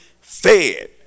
fed